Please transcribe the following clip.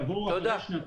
תודה.